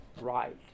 right